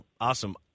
Awesome